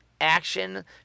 action